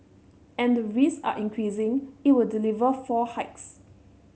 and the risk are increasing it will deliver four hikes